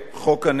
לעוולה האזרחית.